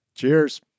Cheers